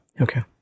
Okay